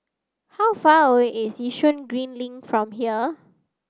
how far away is Yishun Green Link from here